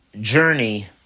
journey